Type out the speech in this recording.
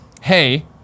hey